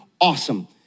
awesome